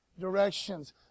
directions